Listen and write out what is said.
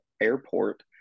airport